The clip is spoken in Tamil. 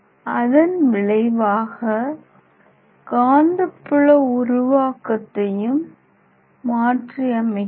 அதன் விளைவாக காந்தப்புல உருவாக்கத்தையும் மாற்றியமைக்கிறது